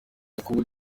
yakubu